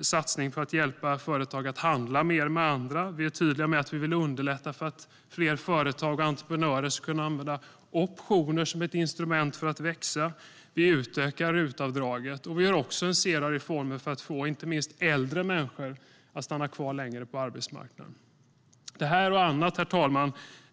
satsning för att hjälpa företag att handla mer med andra. Vi är tydliga med att vi vill underlätta för fler företag och entreprenörer att kunna använda optioner som ett instrument för att växa. Vi utökar RUT-avdraget. Vi har en serie reformer för att få inte minst äldre människor att stanna kvar längre på arbetsmarknaden. Listan kan göras längre, herr talman.